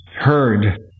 heard